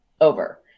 over